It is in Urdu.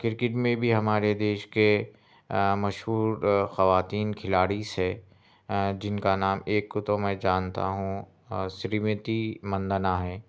کرکٹ میں بھی ہمارے دیش کے مشہور خواتین کھلاڑی ہے جن کا نام ایک کو تو میں جانتا ہوں سریمتی مندنا ہیں